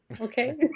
Okay